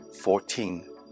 Fourteen